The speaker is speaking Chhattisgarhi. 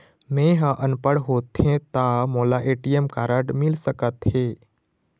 मैं ह अनपढ़ होथे ता मोला ए.टी.एम कारड मिल सका थे?